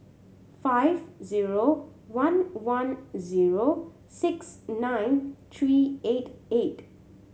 five zero one one zero six nine three eight eight